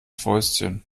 fäustchen